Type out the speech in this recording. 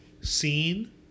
seen